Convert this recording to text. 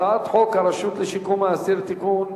הצעת חוק הרשות לשיקום האסיר (תיקון)